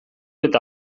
eta